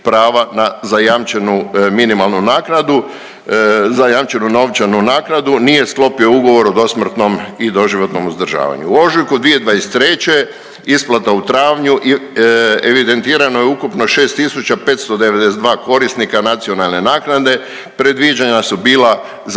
prava na zajamčenu minimalnu naknadu, zajamčenu novčanu naknadu, nije sklopio ugovor o dosmrtnom i doživotnom uzdržavanju. U ožujku 2023. isplata u travnju evidentirano je ukupno 6592 korisnika nacionalne naknade. Predviđanja su bila za